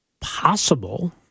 possible